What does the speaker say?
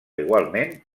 igualment